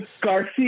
Garcia